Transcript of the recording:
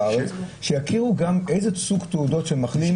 שיכירו גם איזה סוג תעודות מחלים,